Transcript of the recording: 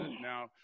Now